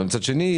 אבל מצד שני,